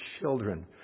children